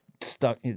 stuck